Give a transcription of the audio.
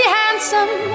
handsome